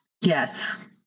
Yes